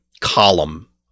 column